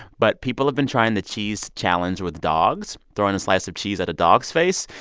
but people have been trying the cheesedchallenge with dogs throwing a slice of cheese at a dog's face.